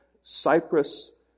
Cyprus